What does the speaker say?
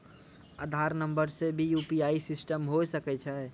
आधार नंबर से भी यु.पी.आई सिस्टम होय सकैय छै?